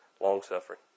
Long-suffering